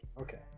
okay